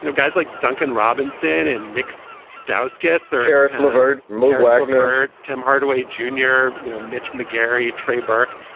you know guys like duncan robinson and nicks stouts, guests' or harris slivered, mo wagner, tim hardaway junior you know, mitch mcgary, trey burke.